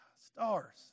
Stars